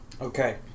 Okay